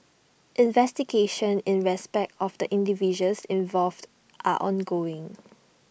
investigations in respect of the individuals involved are ongoing